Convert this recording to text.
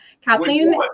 Kathleen